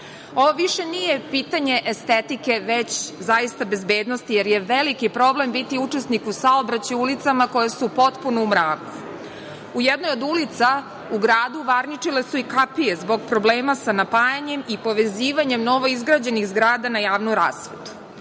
više nije pitanje estetike, već zaista bezbednosti, jer je veliki problem biti učesnik u saobraćaju u ulicama koje su potpuno u mraku. U jednoj od ulica u gradu varničile su i kapije zbog problema sa napajanjem i povezivanjem novoizgrađenih zgrada na javnu